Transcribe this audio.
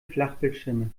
flachbildschirme